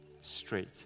straight